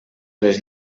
les